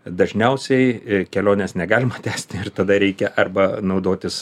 dažniausiai kelionės negalima tęsti ir tada reikia arba naudotis